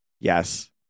yes